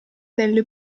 delle